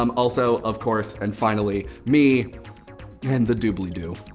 um also, of course, and finally, me and the dooblidoo.